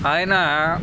ఆయన